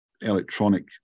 electronic